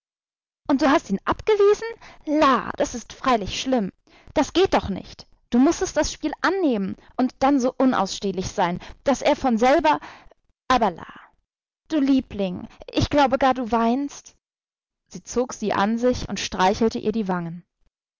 und du hast ihn abgewiesen la das ist freilich schlimm das geht doch nicht du mußtest das spiel annehmen und dann so unausstehlich sein daß er von selber aber la du liebling ich glaube gar du weinst sie zog sie an sich und streichelte ihr die wangen